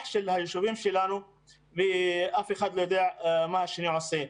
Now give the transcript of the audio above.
של היישובים שלנו ואף לא יודע מה השני עושה.